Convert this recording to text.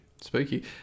Spooky